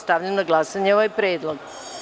Stavljam na glasanje ovaj predlog.